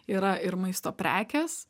yra ir maisto prekės